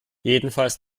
jedenfalls